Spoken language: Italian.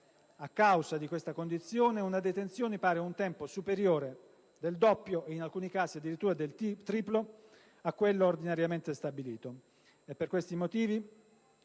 a causa di questa condizione, una detenzione pari ad un tempo superiore del doppio ed in alcuni casi addirittura del triplo rispetto a quello ordinariamente stabilito.